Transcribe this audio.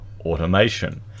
automation